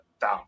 down